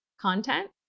content